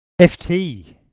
FT